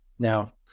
Now